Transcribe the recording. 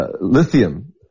Lithium